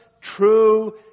true